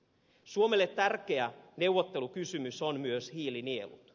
suomelle tärkeä neuvottelukysymys on myös hiilinielut